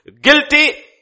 Guilty